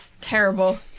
Terrible